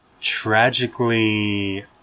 tragically